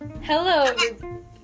Hello